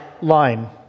line